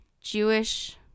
Jewish